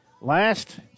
last